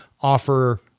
offer